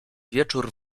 wieczór